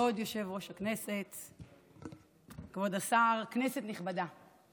כבוד יושב-ראש הישיבה, כבוד השר, כנסת נכבדה,